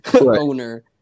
owner